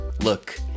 Look